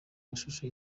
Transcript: mashusho